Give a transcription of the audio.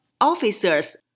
officers